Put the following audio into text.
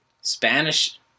Spanish